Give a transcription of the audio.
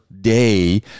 day